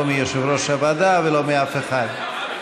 לא מיושב-ראש הוועדה ולא מאף אחד.